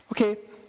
Okay